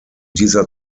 dieser